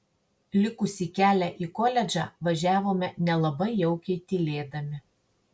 likusį kelią į koledžą važiavome nelabai jaukiai tylėdami